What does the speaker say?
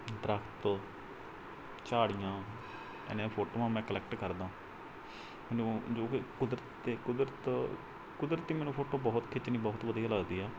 ਦਰੱਖਤ ਝਾੜੀਆਂ ਇਹਨਾਂ ਦੀਆਂ ਫੋਟੋਆਂ ਮੈਂ ਕਲੈਕਟ ਕਰਦਾ ਮੈਨੂੰ ਜੋ ਕਿ ਕੁਦਰਤ ਅਤੇ ਕੁਦਰਤ ਕੁਦਰਤੀ ਮੈਨੂੰ ਫੋਟੋ ਬਹੁਤ ਖਿੱਚਣੀ ਬਹੁਤ ਵਧੀਆ ਲੱਗਦੀ ਆ